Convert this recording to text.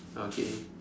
okay